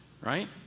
right